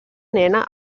nena